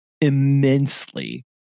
immensely